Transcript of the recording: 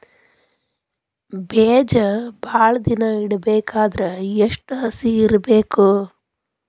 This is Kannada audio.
ಬೇಜ ಭಾಳ ದಿನ ಇಡಬೇಕಾದರ ಎಷ್ಟು ಹಸಿ ಇರಬೇಕು?